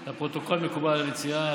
לפרוטוקול, מקובל על המציעה.